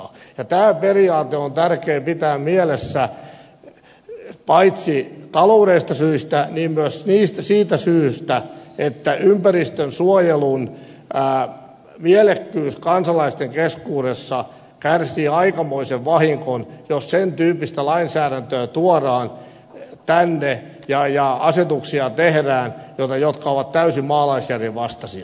tämä periaate on tärkeä pitää mielessä paitsi taloudellisista syistä myös siitä syystä että ympäristönsuojelun mielekkyys kansalaisten keskuudessa kärsii aikamoisen vahingon jos sen tyyppistä lainsäädäntöä tuodaan tänne ja asetuksia tehdään jotka ovat täysin maalaisjärjen vastaisia